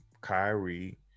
Kyrie